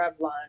Revlon